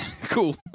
cool